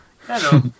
hello